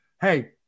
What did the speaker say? hey